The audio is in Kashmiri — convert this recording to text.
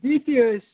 بِہتھٕے ٲسۍ